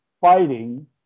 fighting